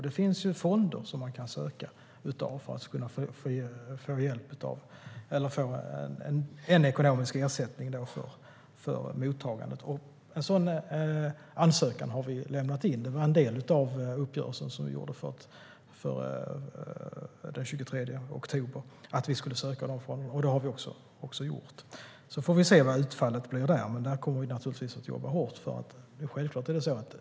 Det finns fonder där man kan söka ekonomisk ersättning för mottagandet. En sådan ansökan har vi lämnat in. En del av uppgörelsen den 23 oktober var att vi skulle söka från dessa fonder, och det har vi gjort. Vi får se vad utfallet blir, men vi kommer naturligtvis att jobba hårt för det.